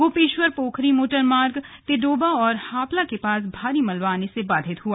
गोपेश्वर पोखरी मोटरमार्ग तिडोबा और हापला के पास भारी मलबा आने से बाधित हुआ